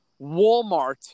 Walmart